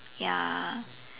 ya